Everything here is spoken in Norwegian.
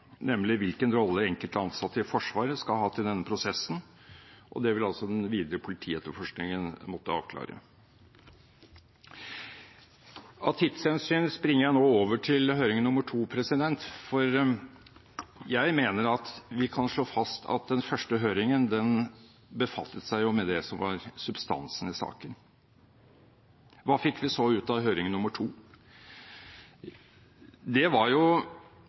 nemlig hvilken rolle enkelte ansatte i Forsvaret skal ha hatt i denne prosessen. Det vil den videre politietterforskningen måtte avklare. Av tidshensyn springer jeg nå over til høring nr. 2, for jeg mener at vi kan slå fast at den første høringen befattet seg med det som var substansen i saken. Hva fikk vi så ut av høring nr. 2? Det